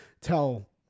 tell